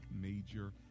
major